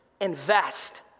Invest